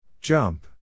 jump